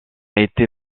été